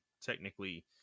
technically